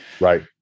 Right